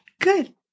good